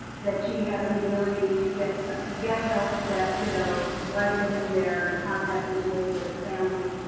that she has the ability to get so get help for that kiddo right then and there and the contact is made with the family.